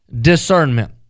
discernment